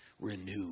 renew